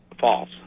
false